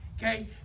Okay